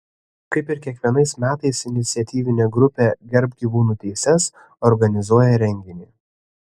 kaip ir kiekvienais metais iniciatyvinė grupė gerbk gyvūnų teises organizuoja renginį